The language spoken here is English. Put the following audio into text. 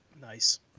Nice